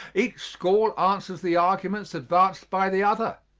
each school answers the arguments advanced by the other,